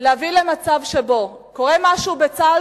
להביא למצב שבו קורה משהו בצה"ל,